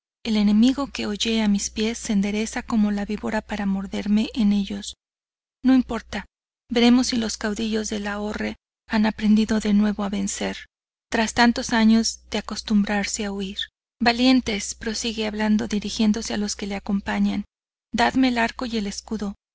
el enemigo que hollé a mis pies se endereza como la víbora para morderme en ellos no importa veremos si los caudillos de lahorre han aprendido de nuevo a vencer tras tantos años de acostumbrarse a huir valientes prosigue hablando dirigiéndose a los que le acompañan dadme el arco y el escudo